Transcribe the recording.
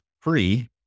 free